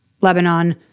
Lebanon